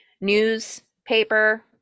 newspaper